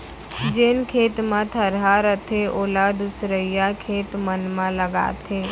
जेन खेत म थरहा रथे ओला दूसरइया खेत मन म लगाथें